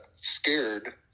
scared